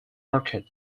market